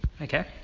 Okay